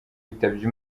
yitabye